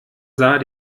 sah